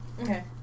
Okay